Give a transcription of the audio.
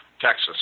Texas